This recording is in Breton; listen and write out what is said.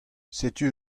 setu